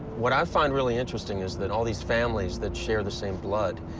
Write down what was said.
what i find really interesting is that all these families that share the same blood,